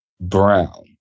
Brown